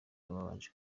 yabanje